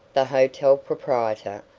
the hotel proprietor,